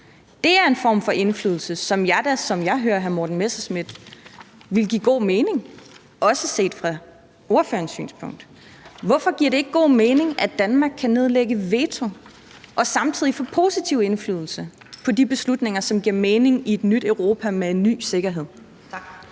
Det er en form for indflydelse, som da, som jeg hører hr. Morten Messerschmidt, også ville give god mening fra ordførerens synspunkt. Hvorfor giver det ikke god mening, at Danmark kan nedlægge veto og samtidig få positiv indflydelse på de beslutninger, som giver mening i et nyt Europa med en ny sikkerhed?